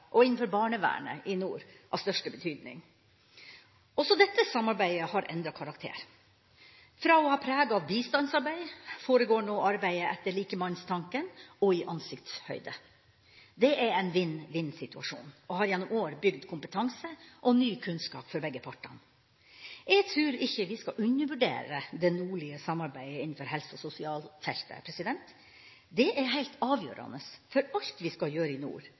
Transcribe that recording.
og innenfor barnevernet i nord, av største betydning. Også dette samarbeidet har endret karakter. Fra å ha preg av bistandsarbeid foregår nå arbeidet etter likemannstanken og i ansiktshøyde. Det er en vinn-vinn-situasjon og har gjennom år bygd kompetanse og ny kunnskap for begge partene. Jeg tror ikke vi skal undervurdere det nordlige samarbeidet innenfor helse- og sosialfeltet – det er helt avgjørende for alt vi skal gjøre i nord,